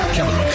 Kevin